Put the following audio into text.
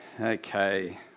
Okay